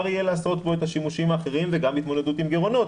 יהיה לעשות בו את השימושים האחרים וגם התמודדות עם גירעונות.